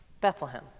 Bethlehem